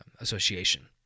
association